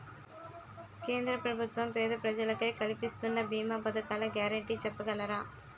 కేంద్ర ప్రభుత్వం పేద ప్రజలకై కలిపిస్తున్న భీమా పథకాల గ్యారంటీ చెప్పగలరా?